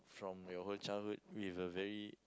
from your whole childhood with a very